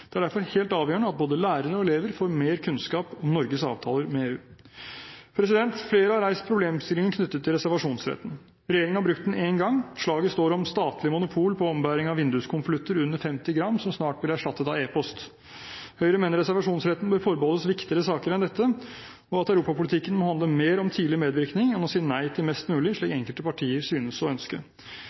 Det er derfor helt avgjørende at både lærere og elever får mer kunnskap om Norges avtaler med EU. Flere har reist problemstillingen knyttet til reservasjonsretten. Regjeringen har brukt den én gang. Slaget står om statlig monopol på ombæring av vinduskonvolutter under 50 gram, som snart blir erstattet av e-post. Høyre mener reservasjonsretten bør forbeholdes viktigere saker enn dette, og at europapolitikken må handle mer om tidlig medvirkning enn å si nei til mest mulig, slik enkelte partier synes å ønske.